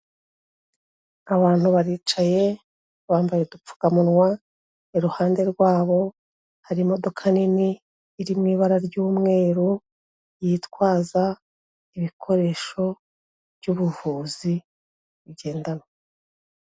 Abantu baricaye bambaye udupfukamunwa, iruhande rwabo hari imodoka nini iri mu ibara ry'umweru, yitwaza ibikoresho by’ubuvuzi bigendanwa.